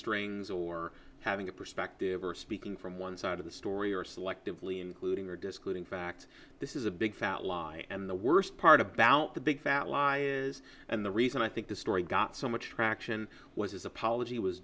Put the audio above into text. strings or having a perspective or speaking from one side of the story or selectively including or disclosing fact this is a big fat lie and the worst part about the big fat lie is and the reason i think this story got so much traction was his apology was